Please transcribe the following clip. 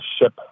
ship